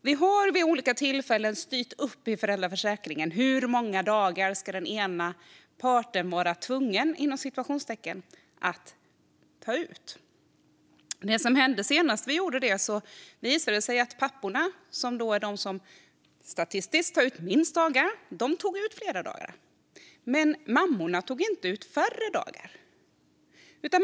Vi har vid olika tillfällen styrt upp i föräldraförsäkringen hur många dagar den ena parten så att säga ska vara tvungen att ta ut. Senast vi gjorde det visade det sig att papporna, som statistiskt är de som tar ut det minsta antalet dagar, tog ut fler dagar, men mammorna tog inte ut färre dagar.